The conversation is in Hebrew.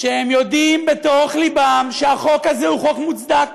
הם יודעים בתוך ליבם שהחוק הזה הוא חוק מוצדק,